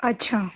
अच्छा